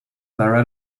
their